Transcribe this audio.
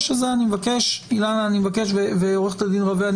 אילנה ועו"ד רווה,